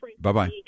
Bye-bye